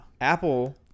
Apple